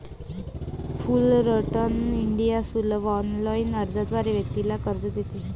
Fullerton India सुलभ online अर्जाद्वारे व्यक्तीला कर्ज देते